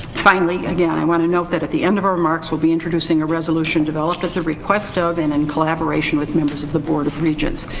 finally, again, i wanna note that at the end of our remarks we'll be introducing a resolution developed at the request of and in and collaboration with members of the board of regents.